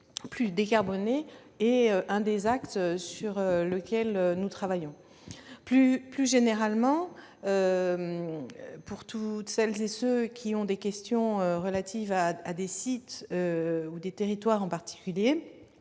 décarbonée est l'un des axes sur lesquels nous travaillons. Plus généralement, pour toutes celles et tous ceux qui ont des questions relatives à des sites ou à des territoires en particulier,